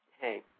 hey